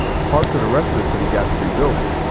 parts of the rest of the city got to rebuilding.